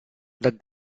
the